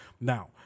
now